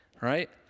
right